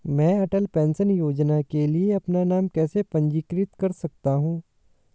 मैं अटल पेंशन योजना के लिए अपना नाम कैसे पंजीकृत कर सकता हूं?